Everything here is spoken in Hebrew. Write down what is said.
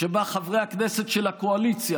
שבה חברי הכנסת של הקואליציה,